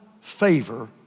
favor